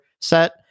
set